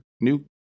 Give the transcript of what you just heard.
new